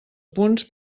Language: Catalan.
punts